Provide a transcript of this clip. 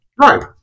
Right